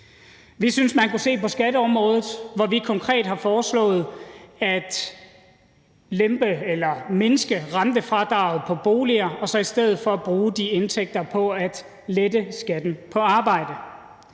Vi synes, man kunne se på skatteområdet, hvor vi konkret har foreslået at lempe eller mindske rentefradraget på boliger og så i stedet for bruge de indtægter på at lette skatten på arbejde.